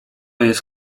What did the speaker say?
jest